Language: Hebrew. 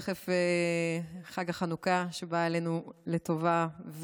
תכף חג החנוכה שבא אלינו לטובה,